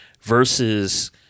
versus